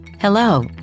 Hello